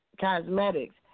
cosmetics